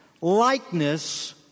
likeness